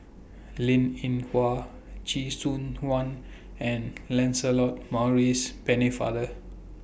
Linn in Hua Chee Soon Juan and Lancelot Maurice Pennefather